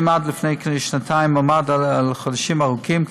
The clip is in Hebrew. ואם עד לפני כשנתיים הוא עמד על חודשים ארוכים,